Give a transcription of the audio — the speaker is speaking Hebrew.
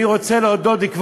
אני רוצה להודות לכל